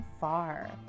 far